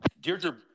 Deirdre